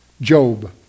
Job